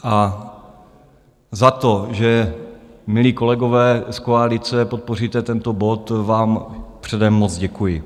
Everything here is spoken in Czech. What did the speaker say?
A za to, že, milí kolegové z koalice, podpoříte tento bod, vám předem moc děkuji.